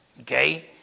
okay